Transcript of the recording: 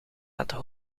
laten